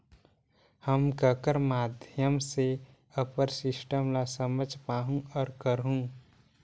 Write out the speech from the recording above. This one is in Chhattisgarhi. हम ककर माध्यम से उपर सिस्टम ला समझ पाहुं और करहूं?